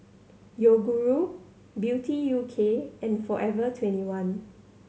Yoguru Beauty U K and Forever Twenty one